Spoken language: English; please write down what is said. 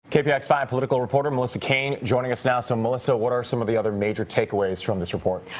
kpx yeah five political reporter, melissa kaine joining us now. so melissa, what are some of the other major takeaways from this report?